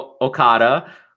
Okada